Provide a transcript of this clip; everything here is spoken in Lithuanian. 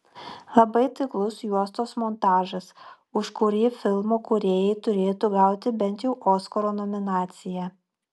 labai taiklus juostos montažas už kurį filmo kūrėjai turėtų gauti bent jau oskaro nominaciją